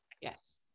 Yes